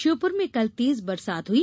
श्योपुर में कल तेज बरसात हुई